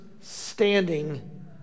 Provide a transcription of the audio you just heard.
standing